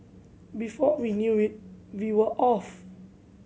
before we knew it we were off